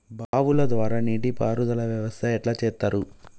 బావుల ద్వారా నీటి పారుదల వ్యవస్థ ఎట్లా చేత్తరు?